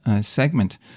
segment